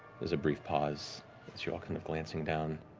there's a brief pause, as you're all kind of glancing down.